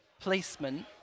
placement